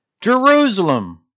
Jerusalem